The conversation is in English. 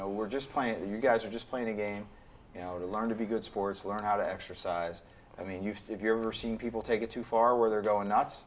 know we're just playing you guys are just playing a game you know to learn to be good sports learn how to exercise i mean you see if you ever seen people take it too far where they're going nuts